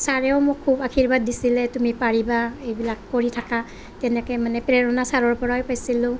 চাৰেও মোক খুব আশীৰ্বাদ দিছিলে তুমি পাৰিবা এইবিলাক কৰি থাকা তেনেকে মানে প্ৰেৰণা ছাৰৰ পৰাই পাইছিলোঁ